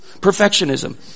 perfectionism